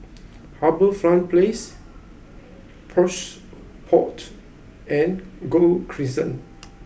HarbourFront Place Plush Pods and Gul Crescent